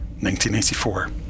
1984